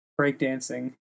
breakdancing